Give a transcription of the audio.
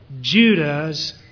Judah's